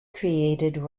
created